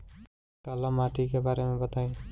काला माटी के बारे में बताई?